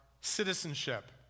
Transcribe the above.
citizenship